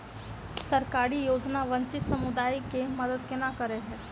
सरकारी योजना वंचित समुदाय सब केँ मदद केना करे है?